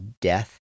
death